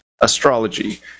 astrology